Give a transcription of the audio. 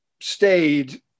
stayed